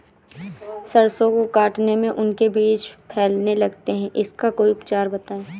सरसो को काटने में उनके बीज फैलने लगते हैं इसका कोई उपचार बताएं?